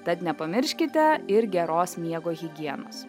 tad nepamirškite ir geros miego higienos